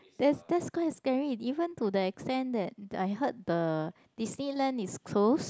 that's that's quite scary even to the extent that I heard the Disneyland is closed